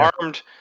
armed